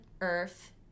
earth